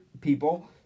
people